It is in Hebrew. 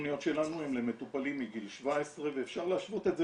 התכניות שלנו הם למטופלים מגיל 17 ואפשר להשוות את זה